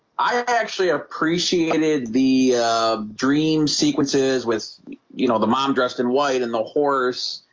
i actually appreciated the dream sequences with you know, the mom dressed in white and the horse.